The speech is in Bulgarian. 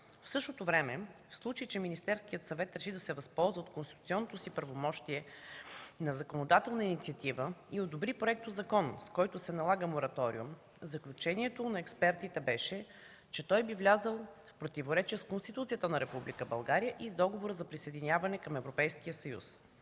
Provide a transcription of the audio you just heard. В същото време, в случай че Министерският съвет реши да се възползва от конституционното си правомощие на законодателна инициатива и одобри законопроект, с който се налага мораториум, заключението на експертите беше, че той би влязъл в противоречие с Конституцията на Република България и с Договора за присъединяване към